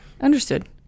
Understood